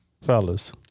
Fellas